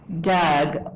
Doug